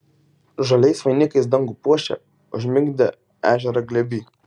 žaliais vainikais dangų puošia užmigdę ežerą glėby